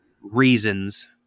reasons